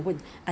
no no no